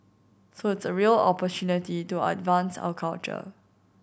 so the real opportunity to advance our culture